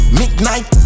midnight